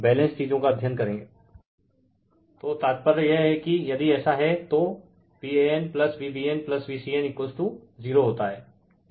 Refer Slide Time 1125 तो तात्पर्य यह है कि यदि ऐसा है तो VanVbnVcn 0 होता है